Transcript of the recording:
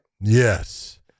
Yes